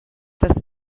das